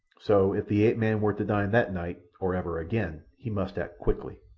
so if the ape-man were to dine that night, or ever again, he must act quickly.